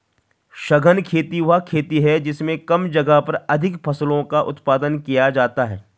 सघन खेती वह खेती है जिसमें कम जगह पर अधिक फसलों का उत्पादन किया जाता है